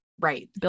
Right